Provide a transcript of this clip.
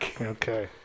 Okay